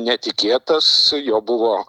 netikėtas jo buvo